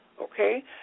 okay